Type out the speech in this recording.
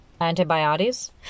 Antibiotics